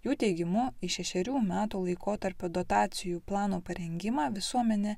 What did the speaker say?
jų teigimu į šešerių metų laikotarpio dotacijų plano parengimą visuomenė